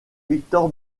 victor